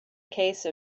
case